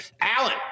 alan